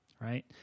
right